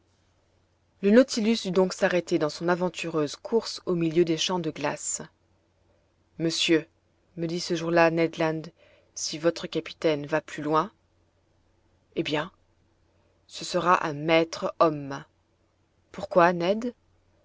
le nautilus dut donc s'arrêter dans son aventureuse course au milieu des champs de glace monsieur me dit ce jour-là ned land si votre capitaine va plus loin eh bien ce sera un maître homme pourquoi ned